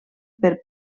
per